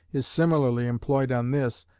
is similarly employed on this,